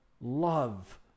love